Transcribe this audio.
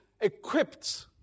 equipped